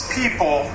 people